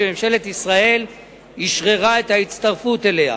שממשלת ישראל אשררה את ההצטרפות אליה.